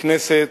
כנסת,